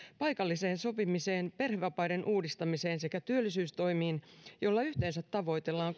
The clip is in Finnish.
paikalliseen sopimiseen perhevapaiden uudistamiseen sekä työllisyystoimiin joilla yhteensä tavoitellaan